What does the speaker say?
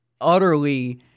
utterly